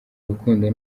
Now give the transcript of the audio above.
rukundo